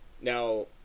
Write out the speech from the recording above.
Now